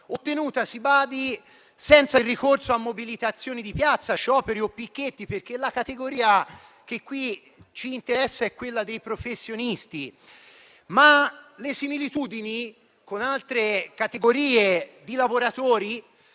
ottenuta - si badi - senza il ricorso a mobilitazioni di piazza, scioperi o picchetti, perché la categoria che in questo caso ci interessa è quella dei professionisti. Tuttavia, le similitudini con altre categorie di lavoratori